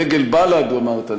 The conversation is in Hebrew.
דגל בל"ד אמרת,